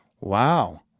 wow